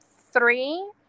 Three